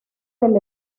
del